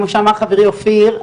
כמו שאמר חברי אופיר,